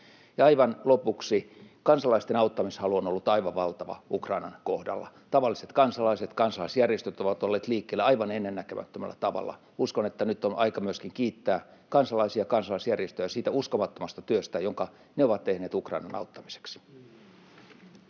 aivan lopuksi: Kansalaisten auttamishalu on ollut aivan valtava Ukrainan kohdalla. Tavalliset kansalaiset ja kansalaisjärjestöt ovat olleet liikkeellä aivan ennennäkemättömällä tavalla. Uskon, että nyt on aika myöskin kiittää kansalaisia ja kansalaisjärjestöjä siitä uskomattomasta työstä, jonka he ovat tehneet Ukrainan auttamiseksi.